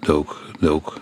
daug daug